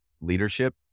leadership